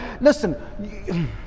Listen